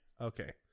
Okay